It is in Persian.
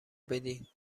بدین